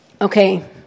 Okay